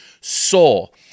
soul